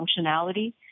functionality